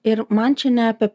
ir man čia ne apie